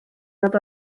nad